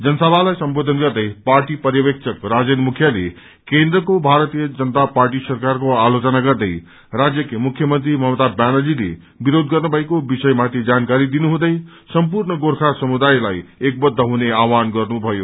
जनसभालाई सम्बोधन गर्दै पार्टी पर्यवेक्षक राजेन मुखियाले केन्द्रको भारतीय जनता पार्टी सरकारको आलोचना गर्दै रान्यकी मुख्यमन्त्री ममता व्यानर्जीले विरोध गर्नुभएको विषय मागि जानकारी दिनु हुँदै सम्पूर्ण गोर्खा समुदायलाई एक बुद्ध हुने आहवान गर्नु भयो